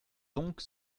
donc